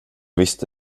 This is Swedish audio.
visste